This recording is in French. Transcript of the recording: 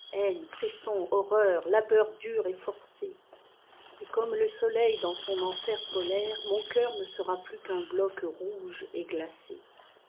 frissons horreur labeur dur et forcé et comme le soleil dans son enfer polaire mon cœur ne sera plus qu'un bloc rouge et glacé